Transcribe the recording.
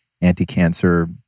anti-cancer